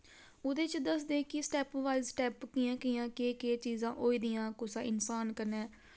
ओह्दे च दसदे कि स्टैप्प बाय स्टैप्प कियां कियां केह् केह् चीजां होई दियां कुसा इंसान कन्नै